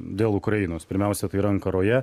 dėl ukrainos pirmiausia tai yra ankaroje